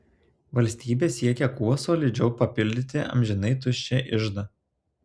valstybė siekia kuo solidžiau papildyti amžinai tuščią iždą